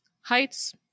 Heights